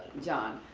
john,